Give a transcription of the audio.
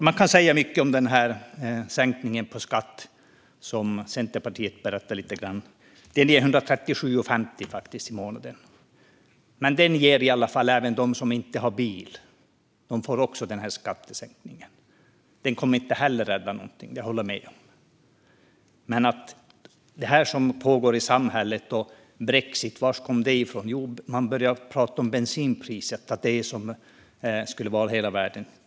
Man kan säga mycket om den skattesänkning som Centerpartiet berättade lite grann om. Den är på 137,50 i månaden, men den ger i alla fall även dem som inte har bil sänkt skatt. Den kommer inte heller att rädda någonting; det håller jag med om. Men det som pågår i samhället och med brexit - var kom det ifrån? Jo, man började prata om bensinpriset, som om det skulle vara hela världen.